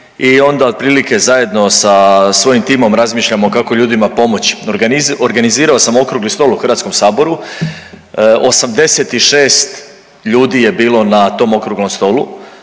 i onda otprilike zajedno sa svojim timom razmišljamo kako ljudima pomoći. Organizirao sam okrugli stol u Hrvatskom saboru. 96 ljudi je bilo na tom okruglom stolu.